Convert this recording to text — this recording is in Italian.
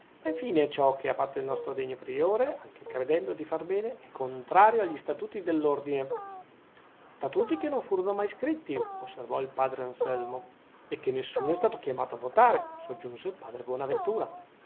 infine ciò che ha fatto il nostro degno priore anche credendo di far bene è contrario agli statuti dell'ordine statuti che non furono mai scritti osservò il padre anselmo e che nessuno è stato chiamato a votare soggiunse il padre bonaventura